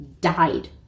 died